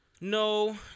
No